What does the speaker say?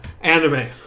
anime